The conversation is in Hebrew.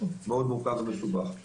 זה מאוד מורכב ומסובך.